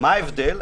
מה ההבדל?